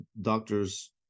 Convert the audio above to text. doctors